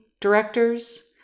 directors